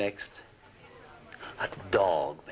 next dog